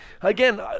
again